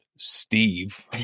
Steve